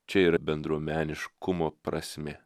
čia yra bendruomeniškumo prasmė